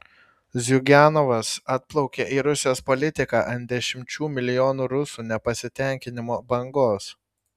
ziuganovas atplaukė į rusijos politiką ant dešimčių milijonų rusų nepasitenkinimo bangos